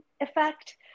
effect